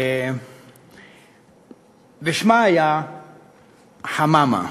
שמה היה חממה.